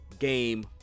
game